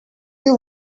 you